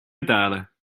betalen